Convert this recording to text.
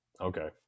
Okay